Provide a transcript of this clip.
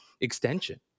extension